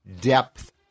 depth